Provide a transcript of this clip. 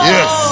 Yes